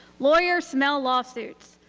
lawyers smell lawsuits.